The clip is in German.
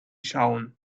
schauen